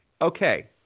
Okay